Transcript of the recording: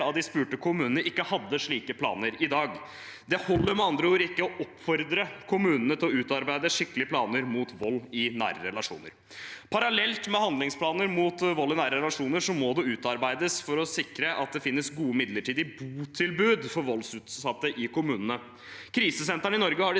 av de spurte kommunene ikke hadde slike planer i dag. Det holder med andre ord ikke å oppfordre kommunene til å utarbeide skikkelige planer mot vold i nære relasjoner. Parallelt med handlingsplaner mot vold i nære relasjoner må det utarbeides planer for å sikre at det finnes gode midlertidige botilbud for voldsutsatte i kommunene. Krisesentrene i Norge har de